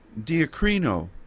diacrino